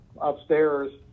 Upstairs